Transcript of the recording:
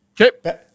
Okay